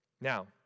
Now